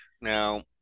Now